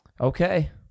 Okay